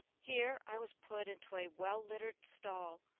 here i was put into a well-littered stall,